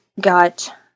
got